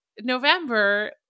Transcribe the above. November